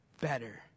better